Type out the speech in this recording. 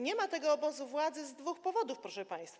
Nie ma tego obozu władzy z dwóch powodów, proszę państwa.